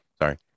sorry